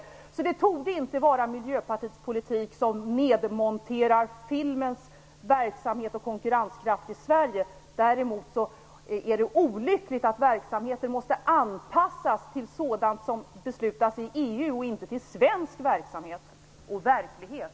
Det torde alltså inte vara Miljöpartiets politik som nedmonterar filmens verksamhet och konkurrenskraft i Sverige. Däremot är det olyckligt att verksamheter måste anpassas till sådant som beslutas i EU och inte till svensk verksamhet och verklighet.